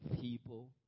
people